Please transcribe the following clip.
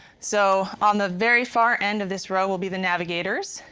so on the very far end of this row will be the navigators.